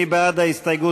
מי בעד ההסתייגות?